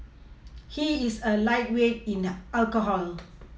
he is a lightweight in alcohol